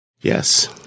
Yes